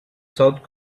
south